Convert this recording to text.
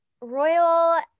royal